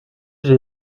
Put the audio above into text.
j’ai